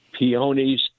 peonies